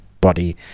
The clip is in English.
body